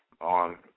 on